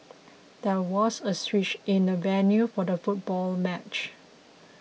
there was a switch in the venue for the football match